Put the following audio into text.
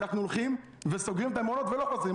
אנחנו סוגרים את המעונות ולא חוזרים.